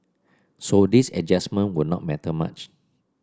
so this adjustment would not matter much